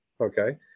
okay